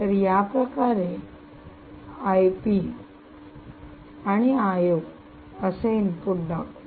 तर या प्रकारे आयपी IP आणि आयओ IO असे इनपुट दाखवा